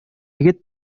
егет